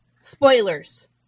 Spoilers